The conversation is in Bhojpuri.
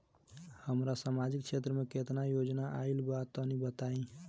हमरा समाजिक क्षेत्र में केतना योजना आइल बा तनि बताईं?